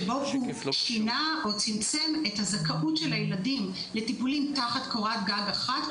שבו הוא שינה או צמצם את הזכאות של הילדים לטיפולים תחת קורת גג אחד,